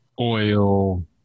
oil